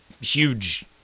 huge